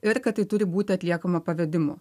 ir kad tai turi būti atliekama pavedimu